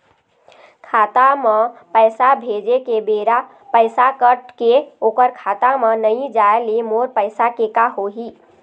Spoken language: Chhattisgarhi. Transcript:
खाता म पैसा भेजे के बेरा पैसा कट के ओकर खाता म नई जाय ले मोर पैसा के का होही?